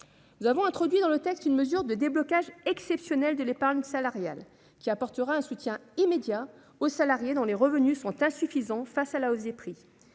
Nous avons introduit dans le texte une mesure de déblocage exceptionnel de l'épargne salariale, qui apportera un soutien immédiat aux salariés dont les revenus sont insuffisants face à la hausse des prix.